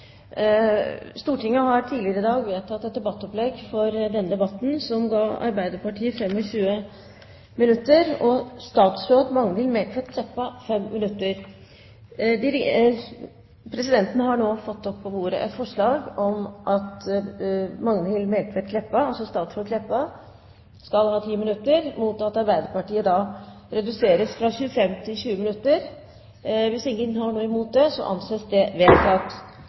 Stortinget har tidligere i dag vedtatt et debattopplegg for denne debatten med 25 minutter til Arbeiderpartiet og 5 minutter til statsråd Magnhild Meltveit Kleppa. Presidenten har nå fått på bordet et forslag om at statsråden skal ha 10 minutter mot at Arbeiderpartiet reduserer sin taletid fra 25 til 20 minutter. Ingen innvendinger har kommet – og det anses vedtatt. Kvar dag blir norsk jernbane litt betre. Det